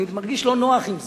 אני מרגיש לא נוח עם זה.